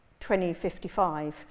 2055